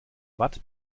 watt